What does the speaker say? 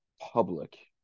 public